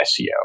SEO